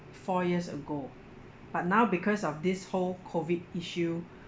four years ago but now because of this whole COVID issue